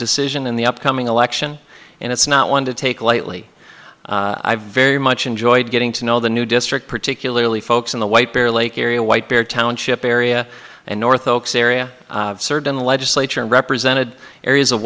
decision in the upcoming election and it's not one to take lightly i very much enjoyed getting to know the new district particularly folks in the white bear lake area white bear township area and north oaks area served in the legislature and represented areas of